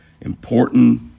Important